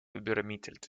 übermittelt